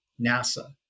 NASA